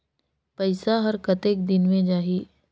पइसा हर कतेक दिन मे जाही?